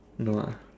no ah